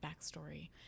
backstory